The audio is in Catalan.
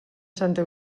santa